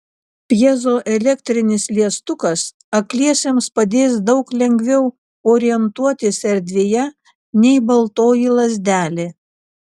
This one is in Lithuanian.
pjezoelektrinis liestukas akliesiems padės daug lengviau orientuotis erdvėje nei baltoji lazdelė